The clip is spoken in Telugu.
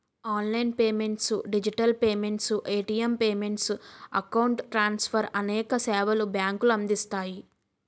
online payments digital payments, ATM payments, account transfer అనేక సేవలు బ్యాంకులు అందిస్తాయి